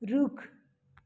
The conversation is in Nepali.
रुख